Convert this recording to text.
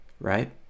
right